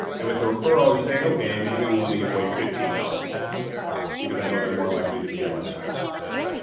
if it's a referral you're saying okay, maybe i'm willing to give away fifteen dollars for that one because i know they're more likely to be a lifetime customer.